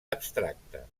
abstracta